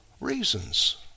reasons